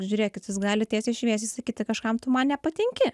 žiūrėkit jis gali tiesiai šviesiai sakyti kažkam tu man nepatinki